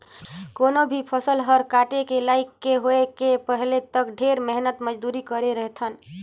कोनो भी फसल हर काटे के लइक के होए के पहिले तक ढेरे मेहनत मंजूरी करे रथे